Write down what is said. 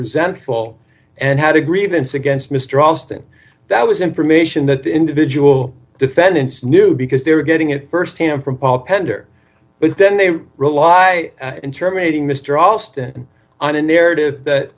resentful and had a grievance against mr alston that was information that individual defendants knew because they were getting it firsthand from paul pender but then they rely in terminating mr alston on a narrative that